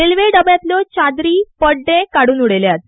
रेल्वे डब्यांतल्यो चादरी पड्डे काडून उडयल्यात